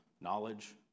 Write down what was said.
knowledge